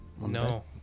No